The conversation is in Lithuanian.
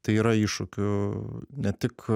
tai yra iššūkių ne tik